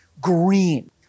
green